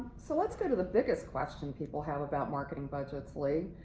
so let's go to the biggest question people have about marketing budgets, lee.